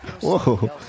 Whoa